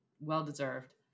well-deserved